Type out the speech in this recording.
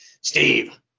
Steve